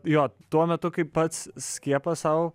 jo tuo metu kai pats skiepą sau